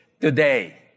today